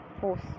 force